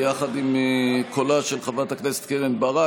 וביחד עם קולה של חברת הכנסת קרן ברק,